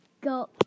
Go